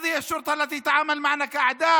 זאת המשטרה שאתם רוצים שתעבוד איתנו?